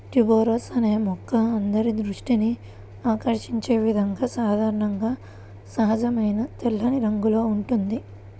tuberose అనే మొక్క అందరి దృష్టిని ఆకర్షించే విధంగా సాధారణంగా సహజమైన తెల్లని రంగులో ఉంటుంది